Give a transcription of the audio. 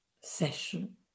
session